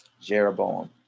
Jeroboam